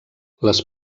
les